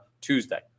Tuesday